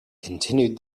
continued